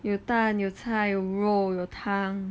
有蛋有菜有肉有汤